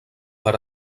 per